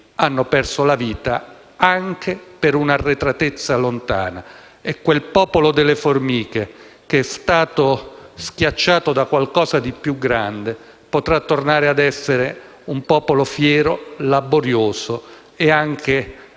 hanno perso la vita anche per un'arretratezza lontana. Quel popolo delle formiche, che è stato schiacciato da qualcosa di più grande, potrà tornare ad essere un popolo fiero, laborioso e